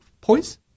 points